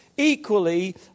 equally